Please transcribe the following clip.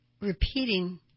repeating